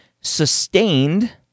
sustained